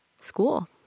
school